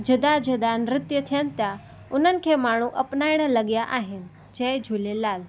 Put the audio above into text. जुदा जुदा नृत्य थियनि था इन्हनि खे माण्हू अपनाइणु लॻिया आहिनि जय झूलेलाल